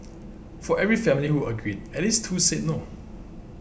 for every family who agreed at least two said no